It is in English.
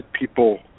people